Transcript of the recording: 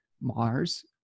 Mars